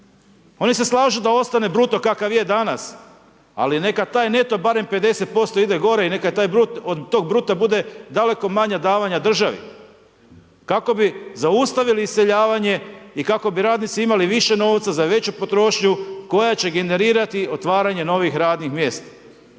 oni se slažu da ostane bruto kakav je danas, ali neka taj neto barem 50% ide gore i neka od tog bruta bude daleko manja davanja državi, kako bi zaustavili iseljavanje i kako bi radnici imali više novca za veću potrošnju koja će generirati otvaranje novih radnih mjesta.